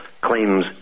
claims